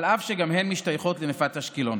אף שגם הן משתייכות לנפת אשקלון.